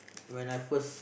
when I first